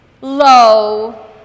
low